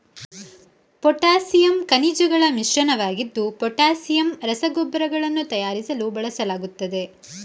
potassium ಖನಿಜಗಳ ಮಿಶ್ರಣವಾಗಿದ್ದು potassium ರಸಗೊಬ್ಬರಗಳನ್ನು ತಯಾರಿಸಲು ಬಳಸಲಾಗುತ್ತದೆ